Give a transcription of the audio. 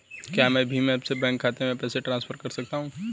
क्या मैं भीम ऐप से बैंक खाते में पैसे ट्रांसफर कर सकता हूँ?